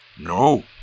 No